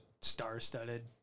star-studded